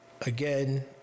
Again